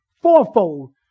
fourfold